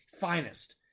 Finest